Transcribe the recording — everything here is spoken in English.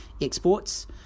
exports